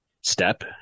step